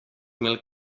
mil